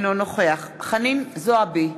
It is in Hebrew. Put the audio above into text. אינו נוכח חנין זועבי,